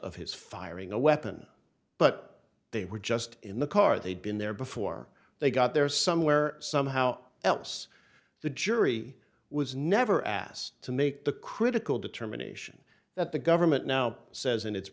of his firing a weapon but they were just in the car they'd been there before they got there or somewhere somehow else the jury was never asked to make the critical determination that the government now says in it